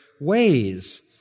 ways